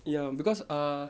ya because uh